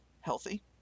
healthy